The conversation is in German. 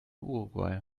uruguay